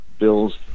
bills